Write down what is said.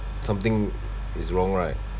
something is wrong right